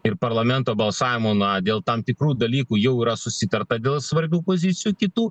ir parlamento balsavimo na dėl tam tikrų dalykų jau yra susitarta dėl svarbių pozicijų kitų